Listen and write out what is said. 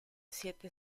siete